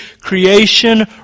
creation